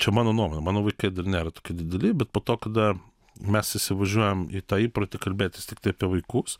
čia mano nuomone mano vaikai dar nėra tokie dideli bet po to kada mes įsivažiuojam į tą įprotį kalbėtis tiktai apie vaikus